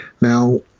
Now